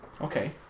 Okay